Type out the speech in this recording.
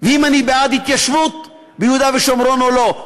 ואם אני בעד התיישבות ביהודה ושומרון או לא,